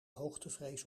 hoogtevrees